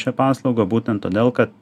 šia paslauga būtent todėl kad